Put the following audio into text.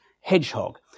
hedgehog